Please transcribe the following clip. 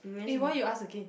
eh why you ask again